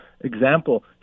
example